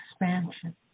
expansion